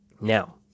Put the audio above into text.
Now